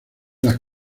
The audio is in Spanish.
las